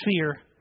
fear